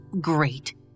Great